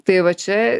tai va čia